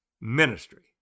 ministry